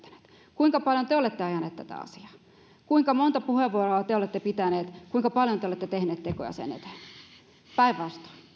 kuinka paljon te olette ajanut tätä asiaa kuinka monta puheenvuoroa te olette pitänyt kuinka paljon te olette tehnyt tekoja sen eteen päinvastoin